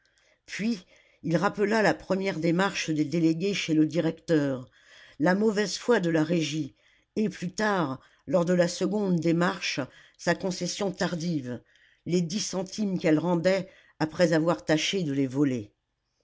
puis il rappela la première démarche des délégués chez le directeur la mauvaise foi de la régie et plus tard lors de la seconde démarche sa concession tardive les dix centimes qu'elle rendait après avoir tâché de les voler